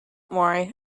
worry